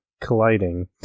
colliding